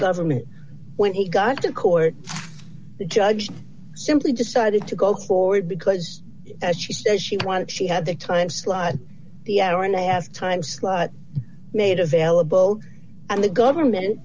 government when he got to court the judge simply decided to go forward because as she says she wanted she had the time slot the hour now has time slot made available and the government